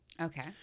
Okay